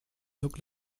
look